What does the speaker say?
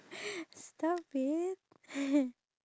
you know I kind of feel pity because